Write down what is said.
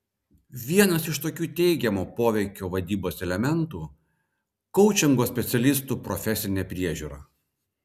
vienas iš tokių teigiamo poveikio vadybos elementų koučingo specialistų profesinė priežiūra